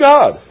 God